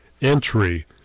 entry